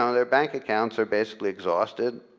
um their bank accounts are basically exhausted.